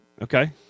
Okay